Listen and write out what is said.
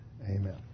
Amen